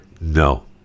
no